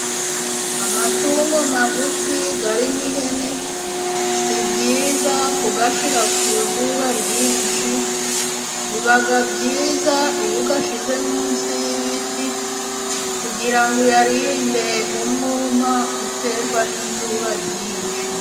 Amatungo magufi arimo ihene, si byiza kuyashyira ku zuba ryinshi. Biba byiza iyo uyashyize munsi y'ibiti kugira ngo uyarinde umwuma uterwa n'izuba ryinshi.